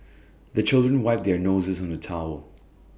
the children wipe their noses on the towel